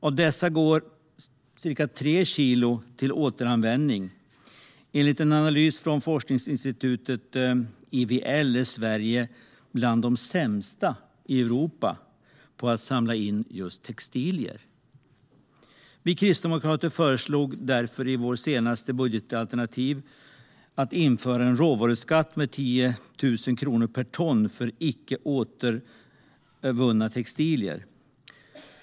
Av dessa går ca 3 kilo till återanvändning. Enligt en analys från forskningsinstitutet IVL är Sverige bland de sämsta i Europa på att samla in just textilier. Vi kristdemokrater föreslog därför i vårt senaste budgetalternativ att man ska införa en råvaruskatt med 10 000 kronor per ton för icke återvunna textilier.